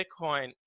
Bitcoin